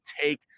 take